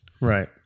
Right